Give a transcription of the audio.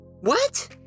What